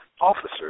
officers